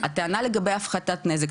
הטענה לגבי הפחתת נזק,